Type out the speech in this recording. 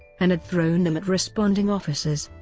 and had thrown them at responding officers.